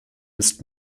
ist